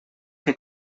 que